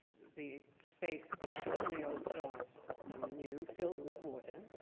the space between the old glass and the new filled with water